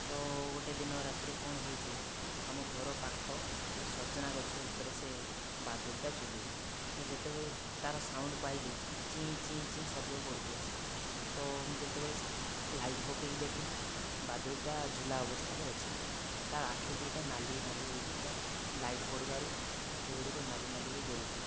ତ ଗୋଟିଏ ଦିନ ରାତିରେ କଣ ହୋଇଛି ଆମ ଘର ପାଖ ଗୋଟିଏ ସଜନା ଗଛ ଉପରେ ସେ ବାଦୁଡ଼ିଟା ଝୁଲୁଛି ମୁଁ ଯେତେବେଳେ ତା'ର ସାଉଣ୍ଡ ପାଇଲି ଚିଂ ଚିଂ ଚିଂ ଶବ୍ଦ କରୁଥିଲା ସେ ତ ମୁଁ ଯେତେବେଳେ ଲାଇଟ୍ ପକାଇକି ଦେଖିଲି ବାଦୁଡ଼ିଟା ଝୁଲା ଅବସ୍ଥାରେ ଅଛି ତାର ଆଖି ଦିଟା ନାଲି ନାଲି ହୋଇକି ପୁରା ଲାଇଟ୍ ପଡ଼ିବାରୁ ଆଖି ଗୁଡ଼ିକ ନାଲି ନାଲି ହୋଇକି ଜଳୁଥିଲା